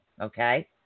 Okay